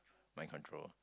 mind control